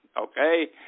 okay